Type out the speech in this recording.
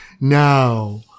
Now